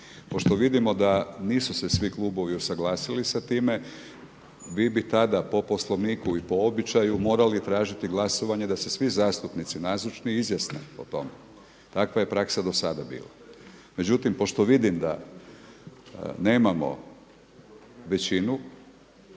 Pošto vidimo da nisu se svi klubovi usuglasili sa time vi bi tada po Poslovniku i po običaju morali tražiti glasovanje da se svi zastupnici nazočni izjasne o tome. Takva je praksa do sada bila. Međutim pošto vidim da nemamo većinu,